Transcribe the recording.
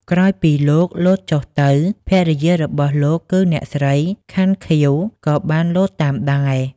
ក្រោយពីលោកលោតចុះទៅ ភរិយារបស់លោកគឺអ្នកស្រី ខាន់ ខៀវ ក៏បានលោតតាមដែរ។